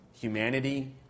humanity